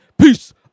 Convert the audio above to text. Peace